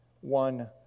one